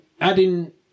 adding